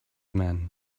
man